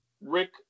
Rick